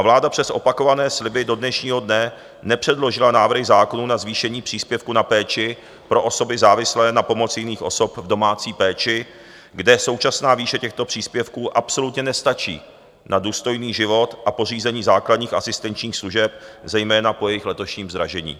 Vláda přes opakované sliby do dnešního dne nepředložila návrhy zákonů na zvýšení příspěvku na péči pro osoby závislé na pomoci jiných osob v domácí péči, kde současná výše těchto příspěvků absolutně nestačí na důstojný život a pořízení základních asistenčních služeb, zejména po jejich letošním zdražení.